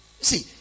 See